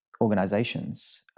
organizations